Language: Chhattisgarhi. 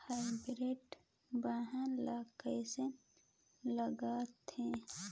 हाईब्रिड बिहान ला कइसन लगाथे?